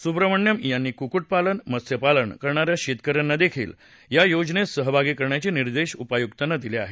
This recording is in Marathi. सुद्रमण्यम यांनी कुक्कुटपालन मत्स्यपालन करणाऱ्या शेतकऱ्यांना देखील या योजनेत सहभागी करण्याचे निर्देश उपायुकांना दिले आहेत